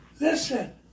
Listen